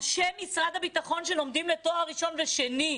אנשי משרד הביטחון שלומדים לתואר ראשון ושני,